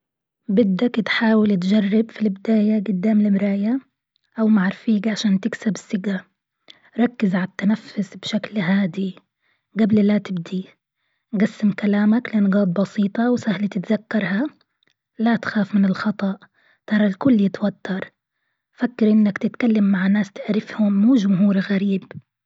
بدك تحاول تجرب في البداية قدام المراية، أو مع رفيق عشان تكسب الثقة، ركز على التنفس بشكل هادي. قبل لا تبدي، قسم كلامك لنقاط بسيطة وسهلة تتذكرها، لا تخاف من الخطأ ترى الكل يتوتر، فكر إنك تتكلم مع ناس تعرفهم مو جمهور غريب.